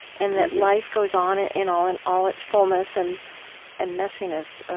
and that life goes on and in all in all its fullness and and messiness,